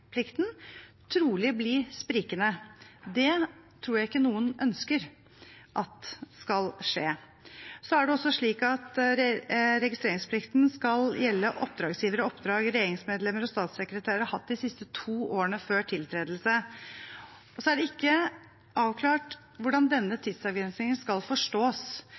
trolig bli sprikende. Det tror jeg ikke noen ønsker skal skje. Det er også slik at registreringsplikten skal gjelde «oppdragsgivere og oppdrag regjeringsmedlemmene og statssekretærene har hatt de to siste årene før tiltredelsen», men det er ikke avklart hvordan denne tidsavgrensningen skal forstås.